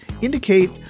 indicate